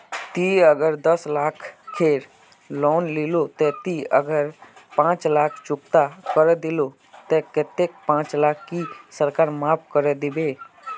ती अगर दस लाख खेर लोन लिलो ते ती अगर पाँच लाख चुकता करे दिलो ते कतेक पाँच लाख की सरकार माप करे दिबे?